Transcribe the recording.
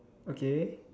okay